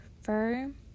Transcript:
Firm